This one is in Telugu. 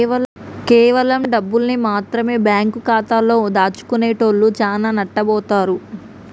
కేవలం డబ్బుల్ని మాత్రమె బ్యేంకు ఖాతాలో దాచుకునేటోల్లు చానా నట్టబోతారు